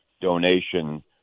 donation